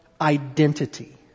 identity